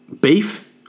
beef